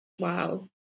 Wow